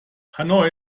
hanoi